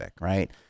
right